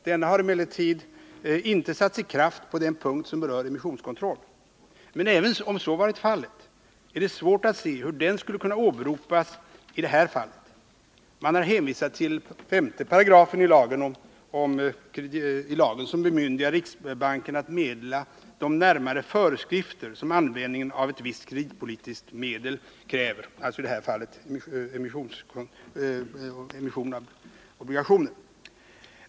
Denna har emellertid inte satts i kraft på den punkt som berör emissionskontroll. Men även om så varit fallet är det svårt att se hur den skulle kunna åberopas i det här fallet. Man har hänvisat till 5 § i den lag som bemyndigar riksbanken att meddela de närmare föreskrifter som användningen av ett visst kreditpolitiskt medel kräver, alltså i det här fallet emission av obligationer.